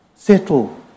Settle